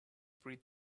breed